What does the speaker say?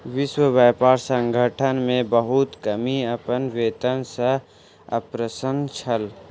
विश्व व्यापार संगठन मे बहुत कर्मी अपन वेतन सॅ अप्रसन्न छल